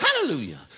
Hallelujah